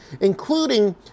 including